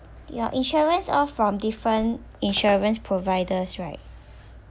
your insurance all from different insurance providers right